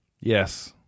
Yes